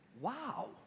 Wow